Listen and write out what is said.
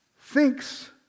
thinks